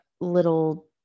little